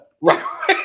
right